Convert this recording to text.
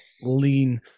lean